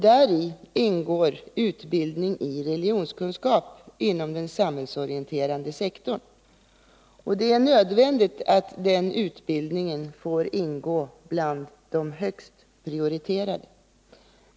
Häri ingår inom den samhällsorienterande sektorn utbildning i religionskunskap, och det är nödvändigt att den utbildningen får vara bland de högst prioriterade.